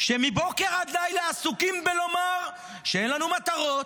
שמבוקר עד לילה עסוקים בלומר שאין לנו מטרות,